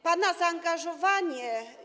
Pana zaangażowanie.